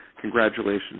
congratulations